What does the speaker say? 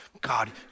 God